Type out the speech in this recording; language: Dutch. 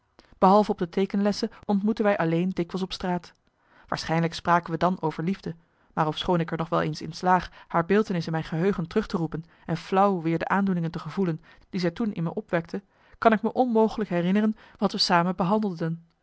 behalve op de teekenlessen ontmoetten wij alleen dikwijls op straat waarschijnlijk spraken we dan over liefde maar ofschoon ik er nog wel eens in slaag haar beeltenis in mijn geheugen terug te roepen en flauw weer de aandoeningen te gevoelen die zij toen in me opwekte kan ik me onmogelijk herinneren wat we samen behandelden